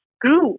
grew